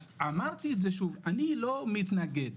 אני לא מתנגד.